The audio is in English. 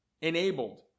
enabled